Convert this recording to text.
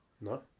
No